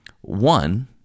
One